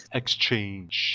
exchange